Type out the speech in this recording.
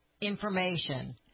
information